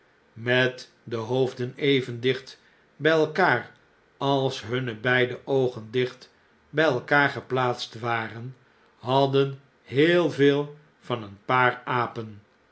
met de hoofden even dicht bjj elkaar als hunne beide oogen dicht bjj elkaar geplaatst waren hadden neel veel van een paar apen